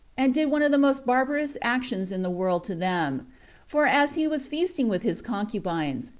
and did one of the most barbarous actions in the world to them for as he was feasting with his concubines,